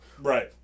Right